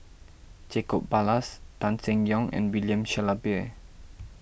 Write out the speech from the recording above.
Jacob Ballas Tan Seng Yong and William Shellabear